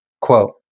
Quote